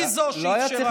היא זו שאפשרה,